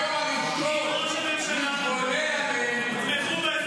אלעזר: אם ראש הממשלה יתמוך --- אבל אתה,